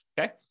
okay